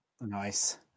Nice